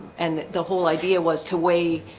and the whole idea was to weigh